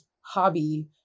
hobby